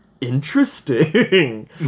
interesting